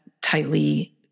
tightly